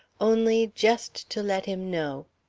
only just to let him know.